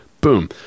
boom